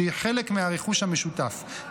שהיא חלק מהרכוש המשותף,